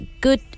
good